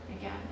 Again